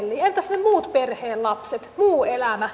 entäs ne muut perheen lapset muu elämä